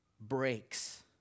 breaks